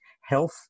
health